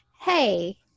hey